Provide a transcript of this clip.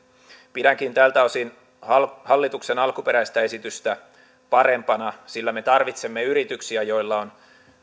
pidänkin hallituksen alkuperäistä esitystä tältä osin parempana sillä me tarvitsemme yrityksiä joilla on